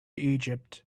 egypt